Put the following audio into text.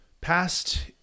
past